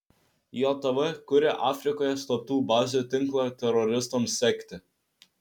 jav kuria afrikoje slaptų bazių tinklą teroristams sekti